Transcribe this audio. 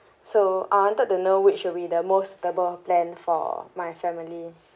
so I wanted to know which will be the most suitable plan for my family